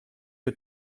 que